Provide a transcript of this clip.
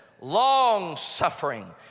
long-suffering